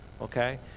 Okay